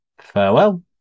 Farewell